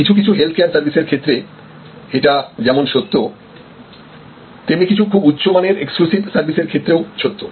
কিছু কিছু হেলথকেয়ার সার্ভিসের ক্ষেত্রে এটা যেমন সত্য তেমনি কিছু খুব উচ্চমানের এক্সক্লুসিভ সার্ভিসের ক্ষেত্রেও সত্য